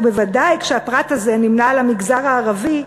ובוודאי כשהפרט הזה נמנה עם המגזר הערבי,